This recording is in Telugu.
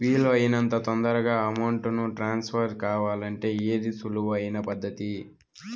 వీలు అయినంత తొందరగా అమౌంట్ ను ట్రాన్స్ఫర్ కావాలంటే ఏది సులువు అయిన పద్దతి